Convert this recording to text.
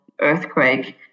earthquake